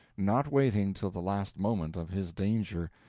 not waiting till the last moment of his danger,